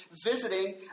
visiting